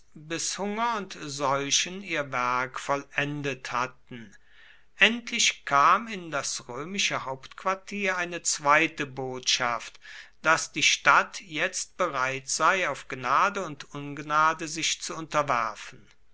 bis hunger und seuchen ihr werk vollendet hatten endlich kam in das römische hauptquartier eine zweite botschaft daß die stadt jetzt bereit sei auf gnade und ungnade sich zu unterwerfen